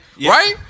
Right